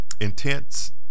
intense